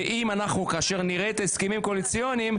כשנראה את ההסכמים הקואליציוניים,